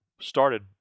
started